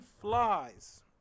flies